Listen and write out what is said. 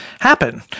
happen